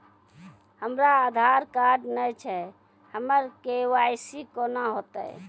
हमरा आधार कार्ड नई छै हमर के.वाई.सी कोना हैत?